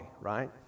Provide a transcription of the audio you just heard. right